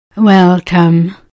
Welcome